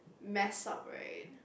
mess up right